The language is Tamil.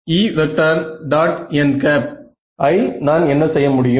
n ஐ நான் செய்ய முடியும்